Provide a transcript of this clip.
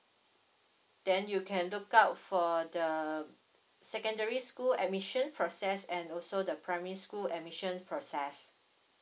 then you can look out for the secondary school admission process and also the primary school admissions process